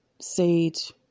sage